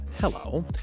Hello